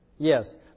Yes